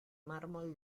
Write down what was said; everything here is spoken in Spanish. mármol